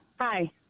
Hi